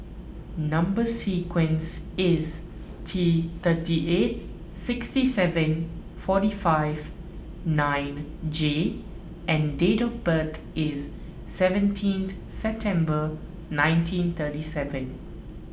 Number Sequence is T thirty eight sixty seven forty five nine J and date of birth is seventeen September one nineteen thirty seven